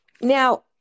now